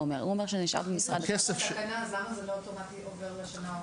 הוא אומר --- אז למה זה לא אוטומטית עובר לשנה העוקבת?